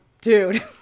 dude